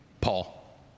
Paul